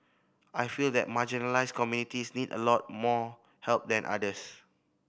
I feel that marginalised communities need a lot more help than others